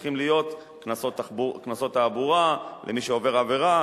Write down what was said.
צריכים להיות קנסות תעבורה למי שעובר עבירה,